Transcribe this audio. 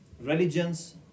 religions